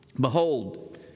Behold